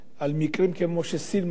על מקרים כמו של סילמן,